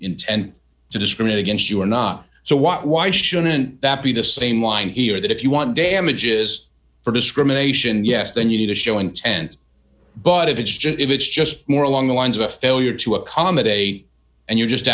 intend to discriminate against you or not so what why shouldn't that be the same line here that if you want damages for discrimination yes then you need to show intent but if it's just it's just more along the lines of a failure to accommodate and you're just